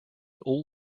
all